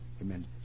Amen